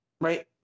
Right